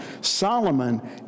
Solomon